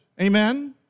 Amen